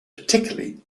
particularly